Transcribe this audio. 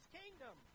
kingdom